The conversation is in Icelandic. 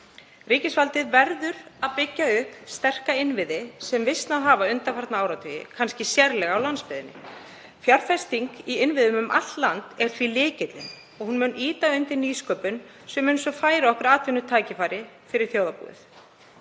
Ríkisvaldið verður að byggja upp sterka innviði sem visnað hafa undanfarna áratugi, kannski sérlega á landsbyggðinni. Fjárfesting í innviðum um allt land er því lykillinn og hún mun ýta undir nýsköpun sem mun færa okkur atvinnutækifæri fyrir þjóðarbúið.